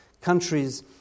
countries